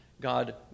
God